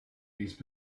these